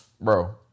Bro